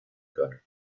können